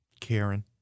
Karen